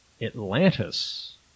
Atlantis